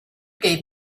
gave